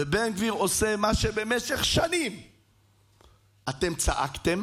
ובן גביר עושה מה שבמשך שנים אתם צעקתם